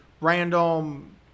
random